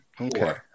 Okay